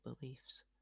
beliefs